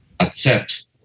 accept